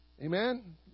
Amen